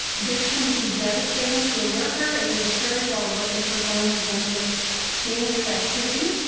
this can be devastating to a worker if it occurs while the worker is performing potentially dangerous activity